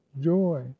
joy